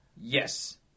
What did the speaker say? Yes